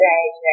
Right